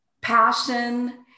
passion